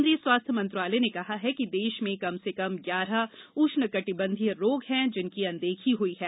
केंद्रीय स्वास्थ्य मंत्रालय ने कहा कि देश में कम से कम ग्यारह उष्णकटिबंधीय रोग हैं जिनकी अनदेखी हुई है